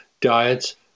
diets